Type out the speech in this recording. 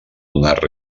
donar